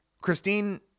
Christine